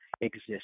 exist